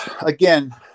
again